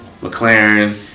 mclaren